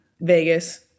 vegas